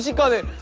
yeah got it.